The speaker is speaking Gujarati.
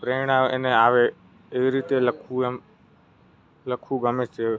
પ્રેરણા એને આવે એવી રીતે લખવું એમ લખવું ગમે છે